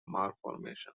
malformations